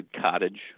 cottage